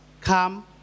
come